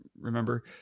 remember